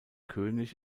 könig